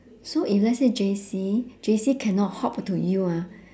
so if let's say J_C J_C cannot hop to U ah